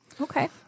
Okay